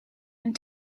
and